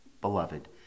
Beloved